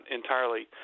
entirely